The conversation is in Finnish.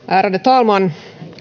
ärade talman